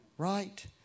right